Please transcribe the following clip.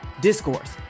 Discourse